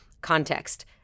Context